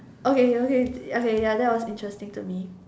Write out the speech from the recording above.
okay okay okay okay ya that was interesting to me